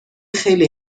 خیلی